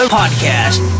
podcast